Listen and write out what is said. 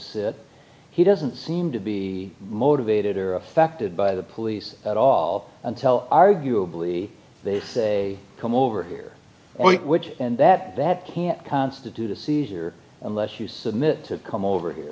he doesn't seem to be motivated or affected by the police at all until arguably they say come over here point which and that that can't constitute a see here unless you submit to come over here